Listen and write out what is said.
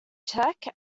tech